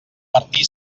martí